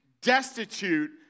destitute